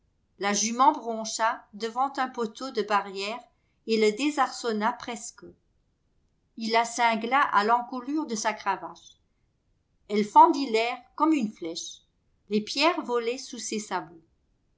la jument broncha devant un poteau de barrière et le désarçonna presque il la cingla à l'encolure de sa cravache elle fendit l'air comme une flèche les pierres volaient sous ses sabots